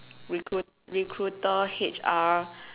recruit recruiter H_R